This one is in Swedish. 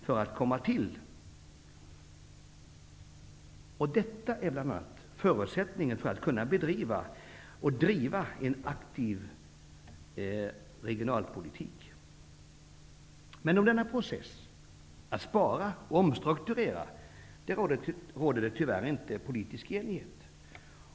Detta är bl.a. förutsättningen för att kunna bedriva en aktiv regionalpolitik. Men om denna process, att spara och omstrukturera, råder det tyvärr inte politisk enighet.